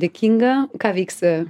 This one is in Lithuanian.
dėkinga ką veiksi